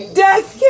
death